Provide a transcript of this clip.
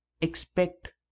expect